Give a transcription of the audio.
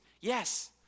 Yes